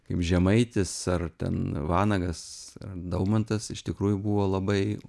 kaip žemaitis ar ten vanagas daumantas iš tikrųjų buvo labai